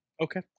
Okay